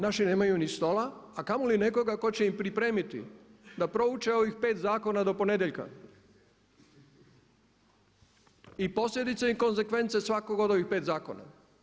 Naši nemaju ni stola a kamoli nekoga tko će im pripremiti da prouče ovih 5 zakona do ponedjeljka i posljedice i konzekvence svakog od ovih 5 zakona.